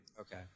okay